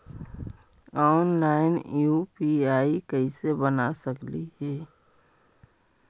Online UPI कैसे बना सकली ही?